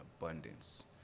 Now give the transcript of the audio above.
abundance